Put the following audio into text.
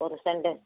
ஒரு செண்டு